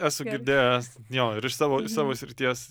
esu girdėjęs jo ir iš savo savo srities